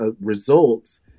results